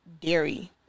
dairy